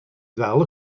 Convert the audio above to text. ddal